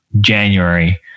January